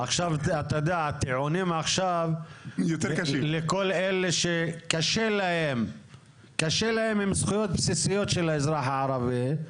הטיעונים עכשיו לכל אלה שקשה להם עם זכויות בסיסיות של האזרח הערבי,